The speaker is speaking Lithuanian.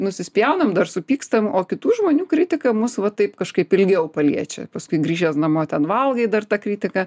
nusispjaunam dar supykstam o kitų žmonių kritika mus va taip kažkaip ilgiau paliečia paskui grįžęs namo ten valgai dar tą kritiką